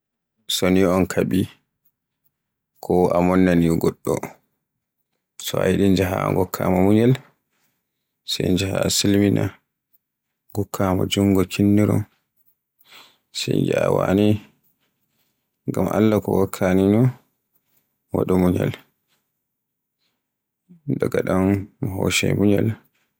So ni on kaaɓi ko a monnani goɗɗo, so a yiɗi njahta ngokka mo munyal, sey njahta silminoɗa, ngokka mo jungo kinniron. Sai Ngiya wane ngam Alla ko wakkani no waɗu munyal, daga ɗon mo hoccay munyal.